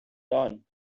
dawn